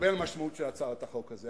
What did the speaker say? ובין המשמעות של הצעת החוק הזאת.